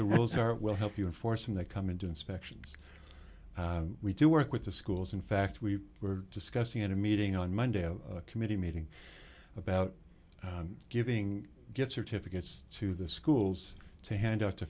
the rules are will help you and for some that come into inspections we do work with the schools in fact we were discussing in a meeting on monday a committee meeting about giving good certificates to the schools to hand out to